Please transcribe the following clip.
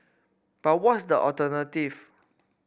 but what's the alternative